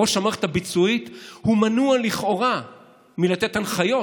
ראש המערכת הביצועית מנוע לכאורה מלתת הנחיות